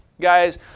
guys